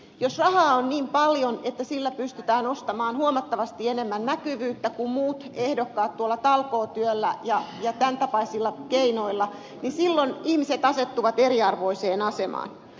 jos rahaa on niin paljon että sillä pystytään ostamaan huomattavasti enemmän näkyvyyttä kuin muut ehdokkaat talkootyöllä ja tämäntapaisilla keinoilla silloin ihmiset asettuvat eriarvoiseen asemaan